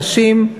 אנשים.